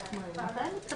הקורונה החדש,